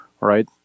right